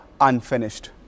unfinished